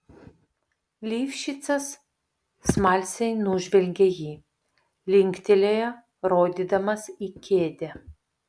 lifšicas smalsiai nužvelgė jį linktelėjo rodydamas į kėdę